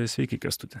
sveiki kęstuti